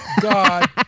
God